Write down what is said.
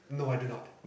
no I do not